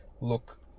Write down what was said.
look